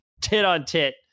tit-on-tit